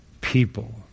people